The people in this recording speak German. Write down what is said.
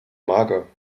mager